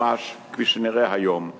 ממש כפי שנראה היום השלום.